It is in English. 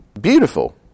beautiful